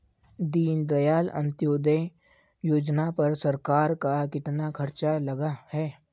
दीनदयाल अंत्योदय योजना पर सरकार का कितना खर्चा लगा है?